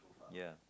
ya